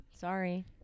Sorry